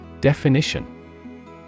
Definition